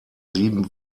sieben